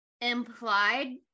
implied